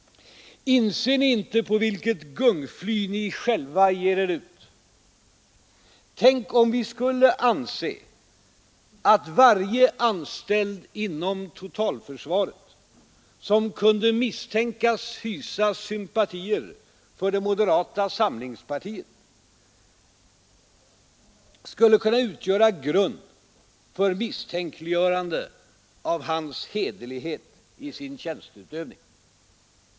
Inser ni inte på vilket gungfly ni själva ger er ut? Tänk om vi i fråga om varje anställd inom totalförsvaret, som kunde misstänkas hysa sympatier för moderata samlingspartiet, skulle anse att detta förhållande skulle kunna utgöra grund för misstänkliggörande av hans hederlighet i sin tjänsteutövning.